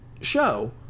show